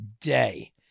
day